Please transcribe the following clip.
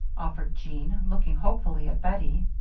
offered jean, looking hopefully at bettie.